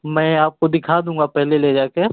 मैं आपको दिखा दूंगा पेहले ले जाकर